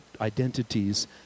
identities